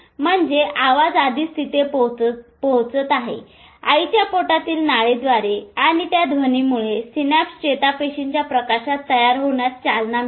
म्हणजे आवाज आधीच तिथे पोहोचत आहे आईच्या पोटातील नाळेद्वारे आणि त्या ध्वनीमुळे सिनॅप्स चेतापेशींच्या प्रकाशात तयार होण्यास चालना मिळते